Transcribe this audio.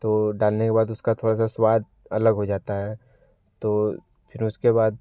तो डालने के बाद उसका थोड़ा सा स्वाद अलग हो जाता है तो फिर उसके बाद